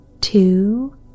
two